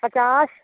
पचास